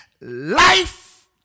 life